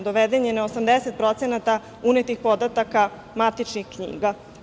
Doveden je na 80% unetih podataka matičnih knjiga.